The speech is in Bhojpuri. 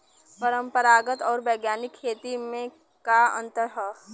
परंपरागत आऊर वैज्ञानिक खेती में का अंतर ह?